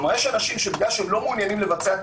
יש אנשים שבגלל שלא מעוניינים לבצע את